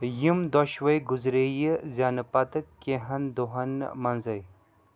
یِم دۄشوَے گُزرییہِ زٮ۪نہٕ پتہٕ کیٚنٛہن دۄہن منٛزے